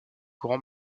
grand